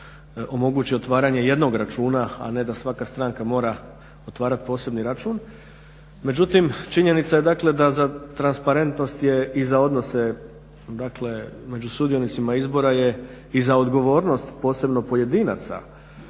omogući otvaranje jednog računa, a ne da svaka stranka mora otvarat posebni račun. Međutim, činjenica je dakle da za transparentnost je i za odnose dakle među sudionicima izbora je i za odgovornost posebno pojedinaca